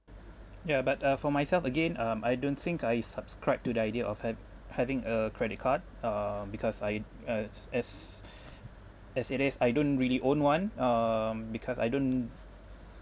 ya but uh for myself again um I don't think I subscribe to the idea of hav~ having a credit card um because I as as as it is I don't really own one um because I don't